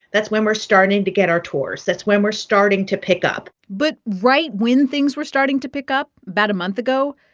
that's when we're starting to get our tours. that's when we're starting to pick up but right when things were starting to pick up about a month ago,